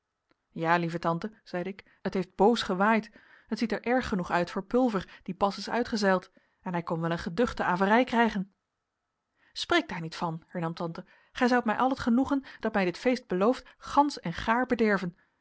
ja lieve tante zeide ik het heeft boos gewaaid het ziet er erg genoeg uit voor pulver die pas is uitgezeild en hij kon wel een geduchte averij krijgen spreek daar niet van hernam tante gij zoudt mij al het genoegen dat mij dit feest belooft gansch en gaar bederven